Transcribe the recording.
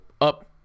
up